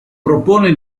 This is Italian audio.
propone